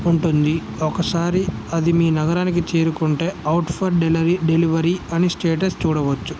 ఉంటుంది ఒకసారి అది మీ నగరానికి చేరుకుంటే అవుట్ ఫర్ డెలివరీ డెలివరీ అని స్టేటస్ చూడవచ్చు